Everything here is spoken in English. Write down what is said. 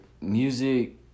music